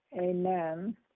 Amen